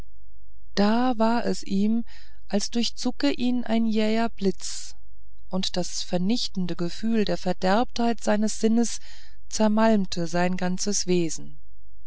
da war es ihm als durchzucke ihn ein jäher blitz und das vernichtende gefühl der verderbtheit seines sinnes zermalmte sein ganzes wesen